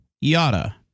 yada